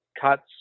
cuts